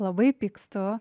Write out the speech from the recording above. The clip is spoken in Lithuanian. labai pykstu